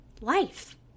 life